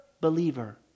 believer